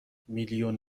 میلیون